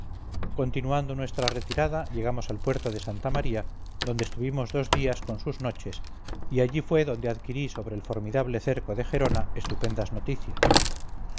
continuando nuestra retirada llegamos al puerto de santa maría donde estuvimos dos días con sus noches y allí fue donde adquirí sobre el formidable cerco de gerona estupendas noticias